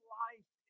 life